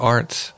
Arts